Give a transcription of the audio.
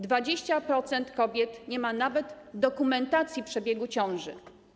20% kobiet nie ma nawet dokumentacji przebiegu ciąży.